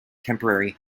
temporary